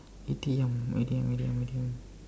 idiom idiom idiom idiom